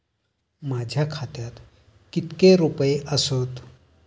माझ्या खात्यात कितके रुपये आसत?